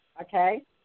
Okay